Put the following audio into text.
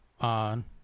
on